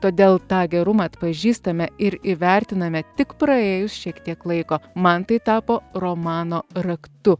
todėl tą gerumą atpažįstame ir įvertiname tik praėjus šiek tiek laiko man tai tapo romano raktu